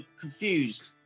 confused